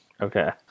Okay